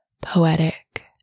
poetic